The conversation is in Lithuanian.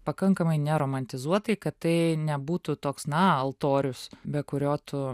pakankamai neromantizuotai kad tai nebūtų toks na altorius be kurio tu